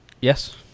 Yes